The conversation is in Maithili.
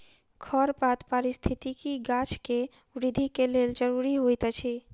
खरपात पारिस्थितिकी गाछ के वृद्धि के लेल ज़रूरी होइत अछि